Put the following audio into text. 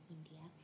India